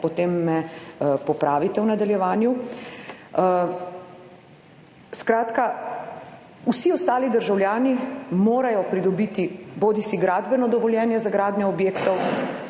potem me popravite v nadaljevanju. Skratka, vsi ostali državljani morajo pridobiti bodisi gradbeno dovoljenje za gradnjo objektov